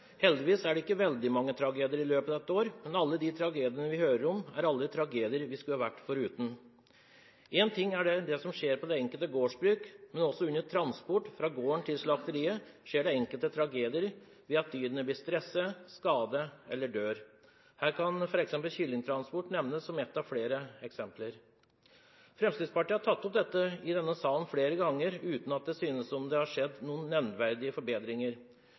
alle de tragediene vi hører om, er alle tragedier vi skulle ha vært foruten. Én ting er det som skjer på det enkelte gårdsbruk, men også under transport fra gården til slakteriet skjer det enkelte tragedier ved at dyrene blir stresset, skadet eller dør. Her kan f.eks. kyllingtransport nevnes som ett av flere eksempler. Fremskrittspartiet har tatt opp dette i denne salen flere ganger uten at det ser ut til å ha skjedd noen nevneverdige forbedringer.